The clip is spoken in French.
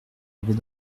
avait